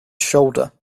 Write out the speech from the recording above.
shoulder